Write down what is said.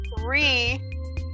Three